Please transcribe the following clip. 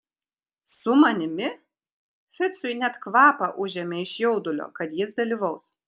su manimi ficui net kvapą užėmė iš jaudulio kad jis dalyvaus